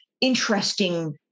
interesting